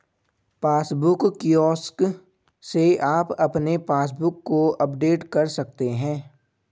passbook kiosk से आप अपने पासबुक को अपडेट कर सकते हैं